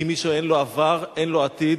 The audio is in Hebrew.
כי מי שאין לו עבר אין לו עתיד.